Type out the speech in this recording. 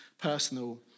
personal